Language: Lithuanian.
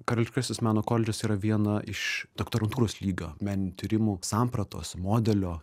karališkasis meno koledžas yra viena iš doktorantūros lygio meninių tyrimų sampratos modelio